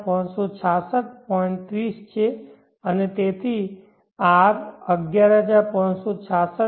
30 છે અને તેથી R 11566